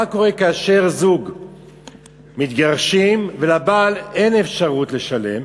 מה קורה כאשר בני-זוג מתגרשים ולבעל אין אפשרות לשלם?